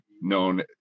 known